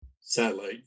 satellite